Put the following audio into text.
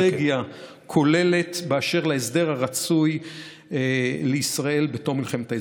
אסטרטגיה כוללת באשר להסדר הרצוי לישראל בתום מלחמת האזרחים.